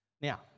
Now